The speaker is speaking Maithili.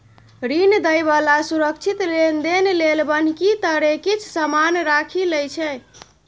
ऋण दइ बला सुरक्षित लेनदेन लेल बन्हकी तरे किछ समान राखि लइ छै